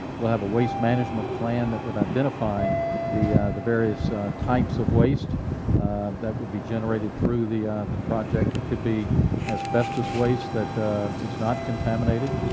we'll have a waste management plan that would identify the the various types of waste that would be generated through the the project. it could be asbestos waste that is not contaminated.